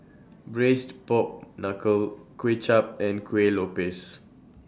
Braised Pork Knuckle Kuay Chap and Kuih Lopes